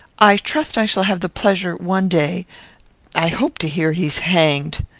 i trust i shall have the pleasure one day i hope to hear he's hanged.